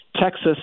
Texas